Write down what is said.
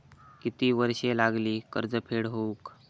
किती वर्षे लागतली कर्ज फेड होऊक?